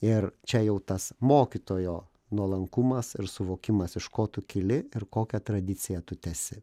ir čia jau tas mokytojo nuolankumas ir suvokimas iš ko tu kyli ir kokią tradiciją tu tęsi